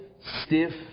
stiff